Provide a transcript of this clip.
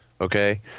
okay